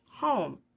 home